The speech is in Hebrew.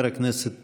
חבר הכנסת טיבי.